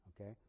Okay